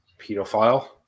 Pedophile